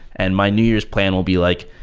and my new year's plan will be like,